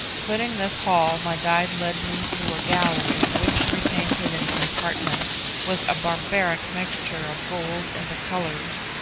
quitting this hall, my guide led me through a gallery richly painted in compartments, with a barbaric mixture of gold in the colours,